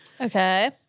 Okay